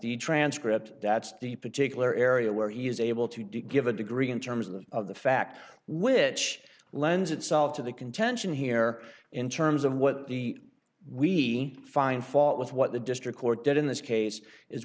the transcript that's the particular area where he is able to do give a degree in terms of the fact which lends itself to the contention here in terms of what the we find fault with what the district court did in this case is